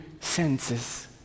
senses